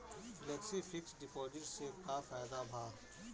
Flexi fixed deposit से का फायदा भा?